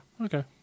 Okay